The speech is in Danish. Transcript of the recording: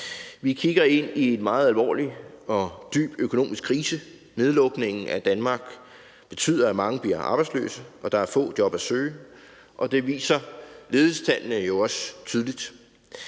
Vi kigger ind i en meget alvorlig og dyb økonomisk krise. Nedlukningen af Danmark betyder, at mange bliver arbejdsløse, og at der er få job at søge, og det viser ledighedstallene jo også tydeligt.